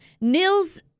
Nils